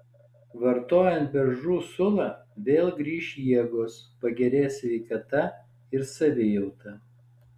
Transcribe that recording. vartojant beržų sulą vėl grįš jėgos pagerės sveikata ir savijauta